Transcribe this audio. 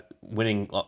winning